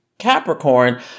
Capricorn